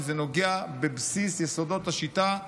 כי זה נוגע בבסיס יסודות השיטה,